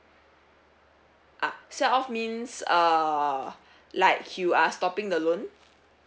ah sell off means uh like you are stopping the loan